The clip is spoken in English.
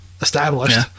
established